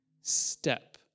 step